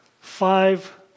five